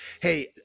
Hey